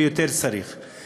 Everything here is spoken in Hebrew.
וצריך יותר.